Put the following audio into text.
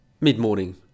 mid-morning